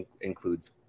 includes